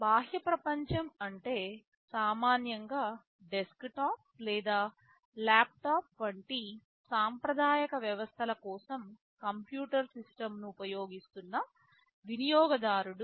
బాహ్య ప్రపంచం అంటే సామాన్యంగా డెస్క్టాప్ లేదా ల్యాప్టాప్ వంటి సాంప్రదాయిక వ్యవస్థల కోసం కంప్యూటర్ సిస్టమ్ను ఉపయోగిస్తున్న వినియోగదారుడు